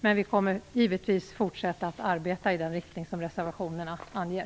Men vi kommer givetvis att fortsätta att arbeta i den riktning som reservationerna anger.